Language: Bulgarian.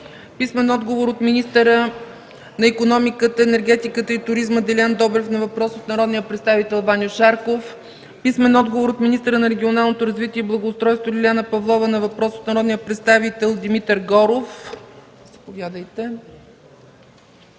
Ваня Добрева; - министъра на икономиката, енергетиката и туризма Делян Добрев на въпрос от народния представител Ваньо Шарков; - министъра на регионалното развитие и благоустройството Лиляна Павлова на въпрос от народния представител Димитър Горов;